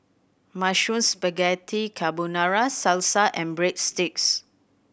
Mushroom Spaghetti Carbonara Salsa and Breadsticks